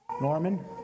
Norman